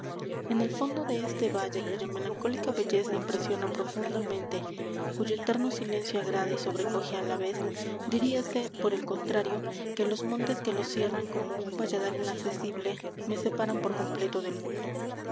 en el fondo de este valle cuya melancólica belleza impresiona profundamente cuyo eterno silencio agrada y sobrecoge á la vez diríase por el contrario que los montes que lo cierran como un valladar inaccesible me separan por completo del mundo